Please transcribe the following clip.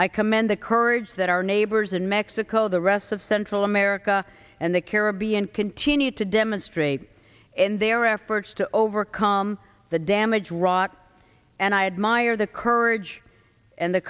i commend the courage that our neighbors in mexico the rest of central america and the caribbean continue to demonstrate and their efforts to overcome the damage wrought and i admire the courage and the